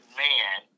man